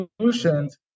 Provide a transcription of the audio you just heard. solutions